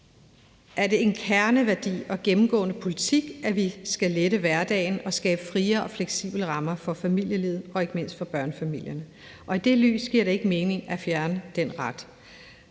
er det en kerneværdi og gennemgående politik, at vi skal lette hverdagen og skabe friere og fleksible rammer for familielivet og ikke mindst for børnefamilierne, og i det lys giver det ikke mening at fjerne den ret.